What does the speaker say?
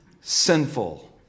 sinful